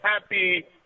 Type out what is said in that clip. happy